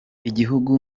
igihugu